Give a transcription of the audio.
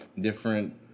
different